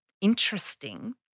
Interesting